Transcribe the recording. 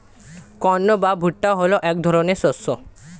corn বা ভুট্টা হলো এক ধরনের শস্য